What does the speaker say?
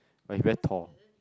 but you better tall